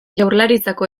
jaurlaritzako